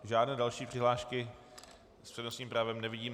Žádné další přihlášky s přednostním právem nevidím.